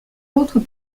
autres